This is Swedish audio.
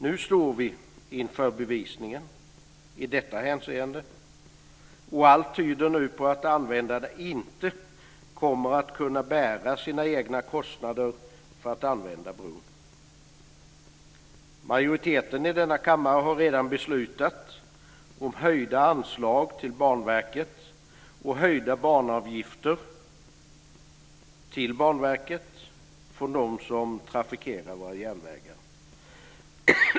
Nu står vi inför bevisningen i detta hänseende, och allt tyder nu på att användarna inte kommer att kunna bära kostnaderna vid användandet av bron. Majoriteten i denna kammare har redan beslutat om höjda anslag till Banverket och höjda banavgifter för dem som trafikerar våra järnvägar.